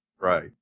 Right